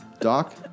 Doc